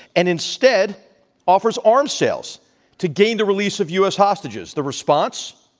and instead offers arm sales to gain the release of u. s. hostages. the response?